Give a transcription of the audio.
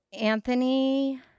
Anthony